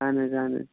اَہَن حظ اَہَن حظ